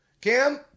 Kim